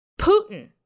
Putin